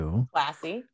classy